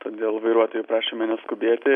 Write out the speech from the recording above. todėl vairuotojai prašomi neskubėti